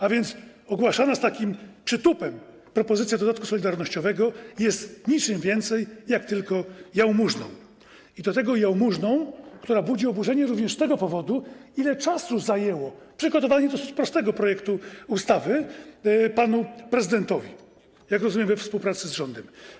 A więc ogłaszana z takim przytupem propozycja dodatku solidarnościowego jest niczym więcej jak tylko jałmużną i do tego jałmużną, która budzi oburzenie również z tego powodu, ile czasu zajęło przygotowanie dosyć prostego projektu ustawy panu prezydentowi, jak rozumiem, we współpracy z rządem.